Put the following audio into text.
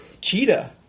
cheetah